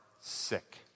sick